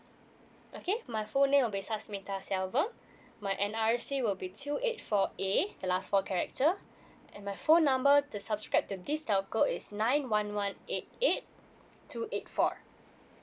okay my full name will be susmita silvem my N_R_I_C will be two eight four A the last four character and my phone number to subscribe to this telco is nine one one eight eight two eight four